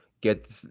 get